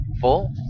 full